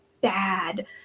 bad